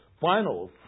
finals